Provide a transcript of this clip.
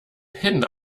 hidden